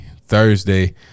Thursday